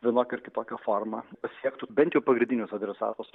vienokia ar kitokia forma pasiektų bent jau pagrindinius adresatus